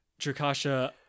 Drakasha